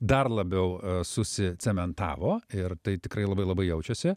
dar labiau susicementavo ir tai tikrai labai labai jaučiasi